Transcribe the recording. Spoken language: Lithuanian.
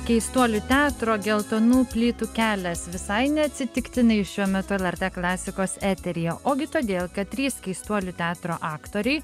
keistuolių teatro geltonų plytų kelias visai neatsitiktinai šiuo metu lrt klasikos eteryje ogi todėl kad trys keistuolių teatro aktoriai